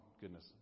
goodness